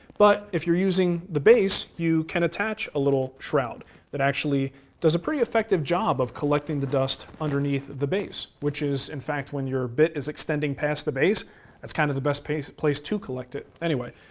but if you're using the base, you can attach a little shroud that actually does a pretty effective job of collecting the dust underneath the base, which is, in fact, when your bit is extending past the base that's kind of the best place to collect it. anyway.